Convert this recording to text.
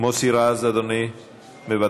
מוסי רז, אדוני מוותר?